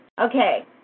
Okay